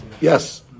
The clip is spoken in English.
yes